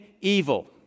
evil